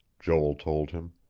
joel told him.